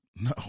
No